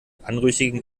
anrüchigen